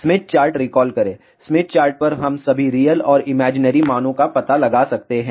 Smith chart recall करें Smith chart पर हम सभी रियल और इमैजिनरी मानों का पता लगा सकते हैं